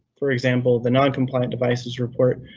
for example, the noncompliant devices report,